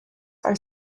are